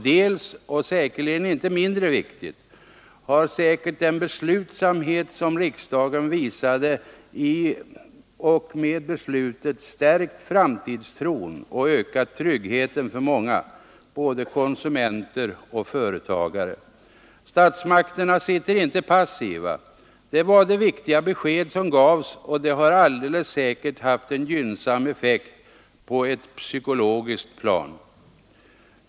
Dels — och säkerligen är det inte mindre viktigt — har den beslutsamhet som riksdagen visade stärkt framtidstron och ökat tryggheten för många, både konsumenter och företagare. Statsmakterna sitter inte passiva. Det var det viktiga besked som gavs, och detta har alldeles säkert haft en gynnsam effekt på ett psykologiskt plan.